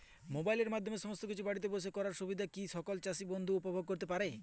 মোবাইলের মাধ্যমে সমস্ত কিছু বাড়িতে বসে করার সুবিধা কি সকল চাষী বন্ধু উপভোগ করতে পারছে?